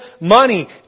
money